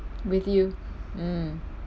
with you mm